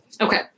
Okay